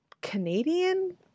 Canadian